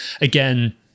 Again